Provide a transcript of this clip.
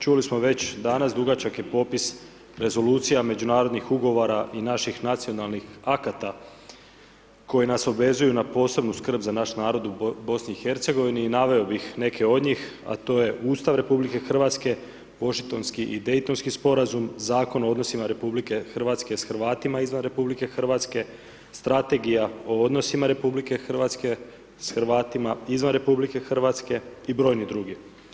Čuli smo već danas dugačak je popis rezolucija, međunarodnih ugovora i naših nacionalnih akata koji nas obvezuju na posebnu skrb za naš narod u BiH i naveo bih neke od njih a to je Ustav RH, Washingtonskih i Daytonski sporazum, Zakon o odnosima RH s Hrvatima izvan RH, Strategija o odnosima RH s Hrvatima izvan RH i brojni drugi.